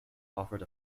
offered